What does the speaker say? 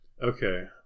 okay